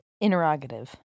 Interrogative